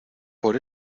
por